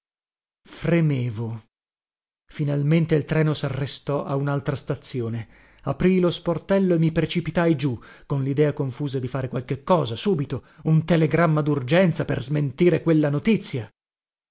fremevo finalmente il treno sarrestò a unaltra stazione aprii lo sportello e mi precipitai giù con lidea confusa di fare qualche cosa subito un telegramma durgenza per smentire quella notizia